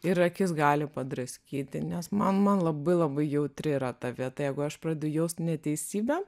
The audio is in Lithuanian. ir akis gali padraskyti nes man man labai labai jautri yra ta vieta jeigu aš pradedu jaust neteisybę